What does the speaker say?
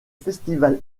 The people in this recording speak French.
festival